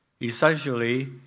essentially